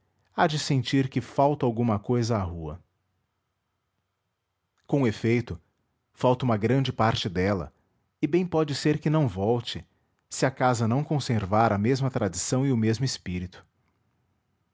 há de sentir que falta alguma cousa à rua com efeito falta uma grande parte dela e bem pode ser que não volte se a casa não conservar a mesma tradição e o mesmo espírito